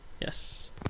Yes